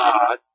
God